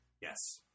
Yes